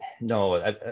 No